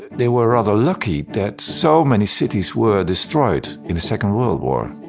they were rather lucky that so many cities were destroyed in the second world war.